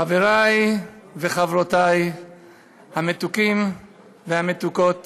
חברי וחברותי המתוקים והמתוקות